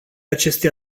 aceste